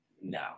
No